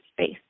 space